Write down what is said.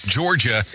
Georgia